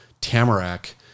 Tamarack